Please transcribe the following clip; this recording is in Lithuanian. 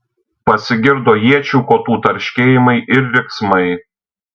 pasigirdo iečių kotų tarškėjimai ir riksmai